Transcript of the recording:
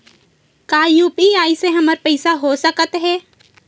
का यू.पी.आई से हमर पईसा हो सकत हे?